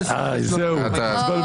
13,281 עד 13,300, מי בעד?